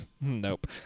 Nope